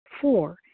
four